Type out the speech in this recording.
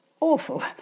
Awful